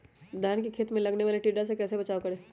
धान के खेत मे लगने वाले टिड्डा से कैसे बचाओ करें?